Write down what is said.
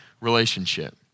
relationship